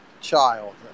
child